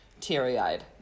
teary-eyed